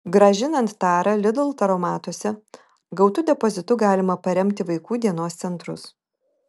grąžinant tarą lidl taromatuose gautu depozitu galima paremti vaikų dienos centrus